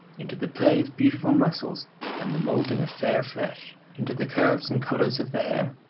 into the play of beautiful muscles and the moulding of fair flesh, into the curves and colours of the hair,